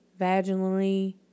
vaginally